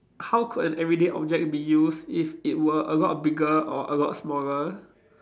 how could an everyday object be used if it were a lot bigger or a lot smaller